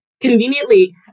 conveniently